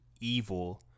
evil